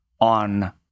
on